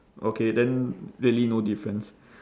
okay then really no difference